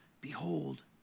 behold